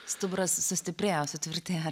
stuburas sustiprėjo sutvirtėjo